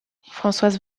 françoise